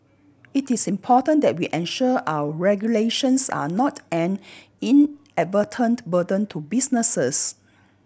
it is important that we ensure our regulations are not an inadvertent burden to businesses